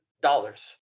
dollars